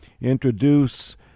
introduce